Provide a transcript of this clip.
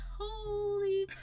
Holy